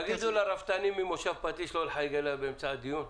תגידו לרפתנים ממושב פטיש לא לחייג אליי באמצע הדיון.